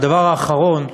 והדבר האחרון: